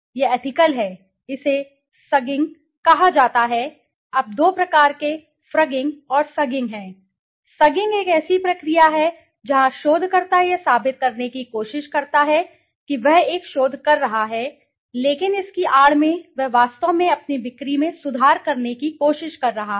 यह एथिकल है इसे सगिंग कहा जाता है अब दो प्रकार के फ्रगिंग और सगिंग हैं सगिंग एक ऐसी प्रक्रिया है जहां शोधकर्ता यह साबित करने की कोशिश करता है कि वह एक शोध कर रहा है लेकिन इसकी आड़ में वह वास्तव में अपनी बिक्री में सुधार करने की कोशिश कर रहा है